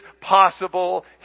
possible